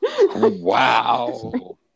Wow